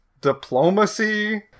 diplomacy